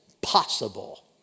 possible